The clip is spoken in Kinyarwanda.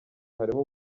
harimo